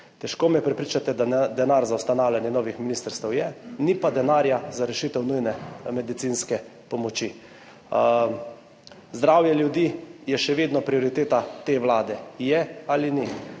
Težko me prepričate, da denar za ustanavljanje novih ministrstev je, ni pa denarja za rešitev nujne medicinske pomoči. Zanima me: Ali je zdravje ljudi še vedno prioriteta te vlade? Je ali ni?